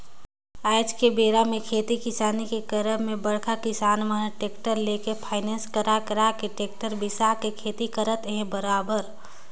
आज के बेरा म खेती किसानी के करब म बड़का किसान मन ह टेक्टर लेके फायनेंस करा करा के टेक्टर बिसा के खेती करत अहे बरोबर